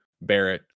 barrett